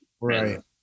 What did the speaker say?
Right